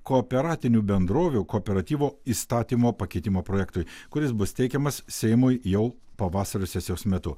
kooperatinių bendrovių kooperatyvo įstatymo pakeitimo projektui kuris bus teikiamas seimui jau pavasario sesijos metu